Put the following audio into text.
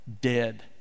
dead